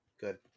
Good